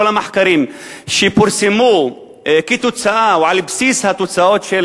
כל המחקרים שפורסמו על בסיס התוצאות של